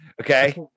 Okay